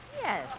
Yes